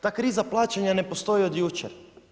Ta kriza plaćanja ne postoji od jučer.